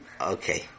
Okay